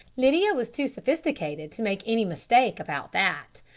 lydia was too sophisticated to make any mistake about that.